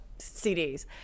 cds